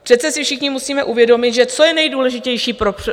Přece si všichni musíme uvědomit, co je nejdůležitější pro průmysl.